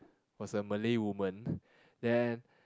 was a Malay woman then